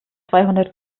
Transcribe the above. zweihundert